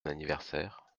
anniversaire